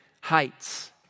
heights